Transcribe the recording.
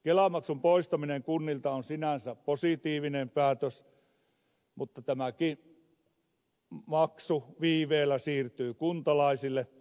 kelamaksun poistaminen kunnilta on sinänsä positiivinen päätös mutta tämäkin maksu viiveellä siirtyy kuntalaisille